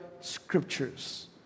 Scriptures